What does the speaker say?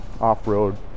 off-road